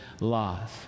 laws